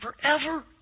forever